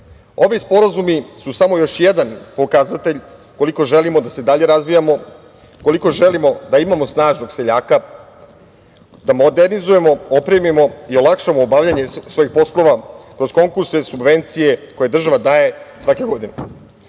sporazumi su samo još jedan pokazatelj koliko želimo da se dalje razvijamo, koliko želimo da imamo snažnog seljaka, da modernizujemo, opremimo i olakšamo obavljanje svojih poslova, kroz konkurse, subvencije koje država daje svake godine. Mi